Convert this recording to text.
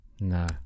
No